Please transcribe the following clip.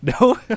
No